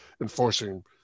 enforcing